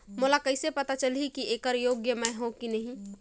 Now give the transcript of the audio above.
मोला कइसे पता चलही की येकर योग्य मैं हों की नहीं?